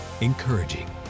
encouraging